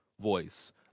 voice